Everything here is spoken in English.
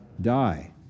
die